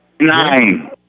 Nine